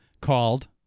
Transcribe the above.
called